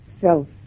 self